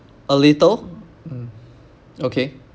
a little mm okay